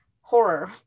horror